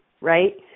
Right